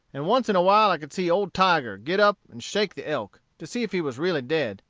and once in a while i could see old tiger git up and shake the elk, to see if he was really dead,